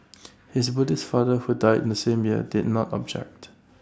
his Buddhist father who died in the same year did not object